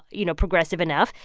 you know, progressive enough.